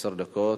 עשר דקות.